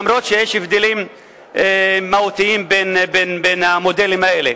אף-על-פי שיש הבדלים מהותיים בין המודלים האלה.